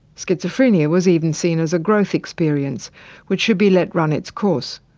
schizophrenia was even seen as a growth experience which should be let run its course.